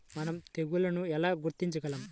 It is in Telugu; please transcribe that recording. మనం తెగుళ్లను ఎలా గుర్తించగలం?